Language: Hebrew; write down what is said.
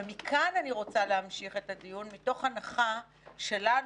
ומכאן אני רוצה להמשיך את הדיון מתוך הנחה שלנו